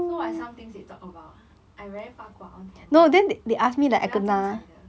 so what are some things they talk about I very 八卦 I want to know 不要精彩的